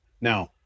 Now